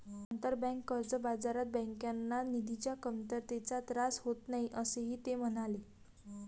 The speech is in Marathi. आंतरबँक कर्ज बाजारात बँकांना निधीच्या कमतरतेचा त्रास होत नाही, असेही ते म्हणाले